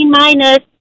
minus